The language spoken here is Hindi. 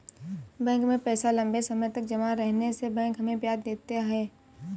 बैंक में पैसा लम्बे समय तक जमा रहने से बैंक हमें ब्याज देता है